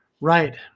Right